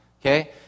Okay